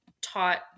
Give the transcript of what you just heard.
taught